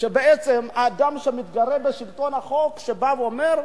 שבעצם הוא אדם שמתגרה בשלטון החוק, שבא ואומר: